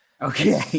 Okay